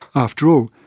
after all,